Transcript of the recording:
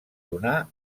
donà